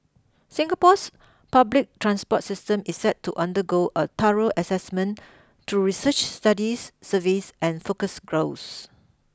Singapore's public transport system is set to undergo a thorough assessment through research studies surveys and focus groups